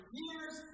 years